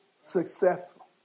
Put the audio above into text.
successful